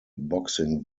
boxing